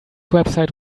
website